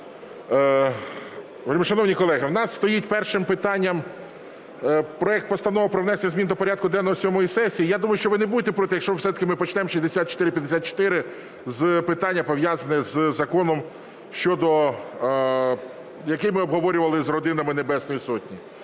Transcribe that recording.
в нас стоїть першим питанням проект Постанови про внесення змін до порядку денного сьомої сесії. Я думаю, що ви не будете проти, якщо все-таки ми почнемо з 6454 – питання, пов'язаного з законом, який ми обговорювали з родинами Небесної Сотні.